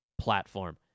platform